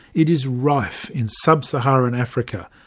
it is rife in sub-saharan africa,